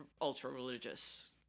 ultra-religious